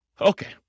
Okay